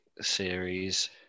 series